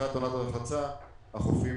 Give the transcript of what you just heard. פתיחת עונת הרחצה, החופים